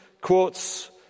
quotes